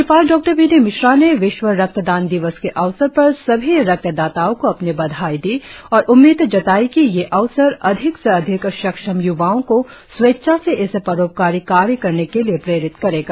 राज्यपाल डॉ B D Mishra ने विश्व रक्तदान दिवस के अवसर पर सभी रक्तदाताओं को अपनी बधाई दी और उम्मीद जताई कि यह अवसर अधिक से अधिक सक्षम य्वाओ को स्वेच्छा से इस परोपकारी कार्य करने के लिए प्रेरित करेगा